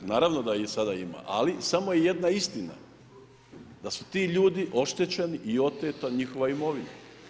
Naravno da ih sada ima, ali samo je jedna istina da su ti ljudi oštećeni i oteta njihova imovina.